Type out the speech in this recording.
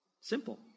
Simple